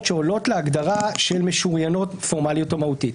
שעולות להגדרה של משוריינות פומלית או מהותית.